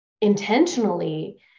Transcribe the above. intentionally